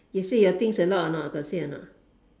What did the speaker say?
you said your things a lot or not got say or not